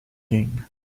king